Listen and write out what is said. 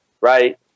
Right